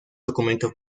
documento